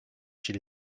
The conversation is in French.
chez